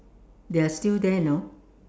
they are still there you know